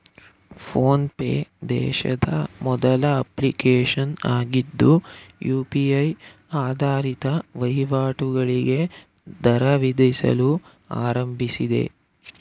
phone pay ದೇಶದ ಮೊದಲ application ಆಗಿದ್ದು ಯು.ಪಿ.ಐ ಆಧಾರಿತ ವಹಿವಾಟುಗಳಿಗೆ ದರ ವಿಧಿಸಲು ಆರಂಭಿಸಿದೆ